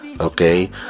okay